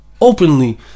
openly